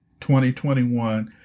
2021